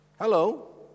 Hello